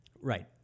Right